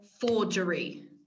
forgery